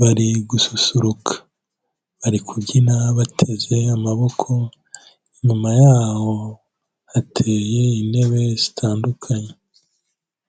bari gususuruka, bari kubyina bateze amaboko, inyuma yaho hateye intebe zitandukanye.